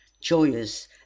joyous